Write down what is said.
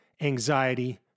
anxiety